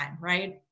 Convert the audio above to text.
right